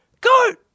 Goat